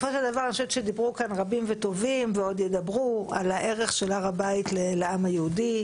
דיברו כאן רבים וטובים על הערך של הר הבית לעם היהודי.